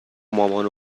مامان